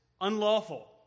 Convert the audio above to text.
unlawful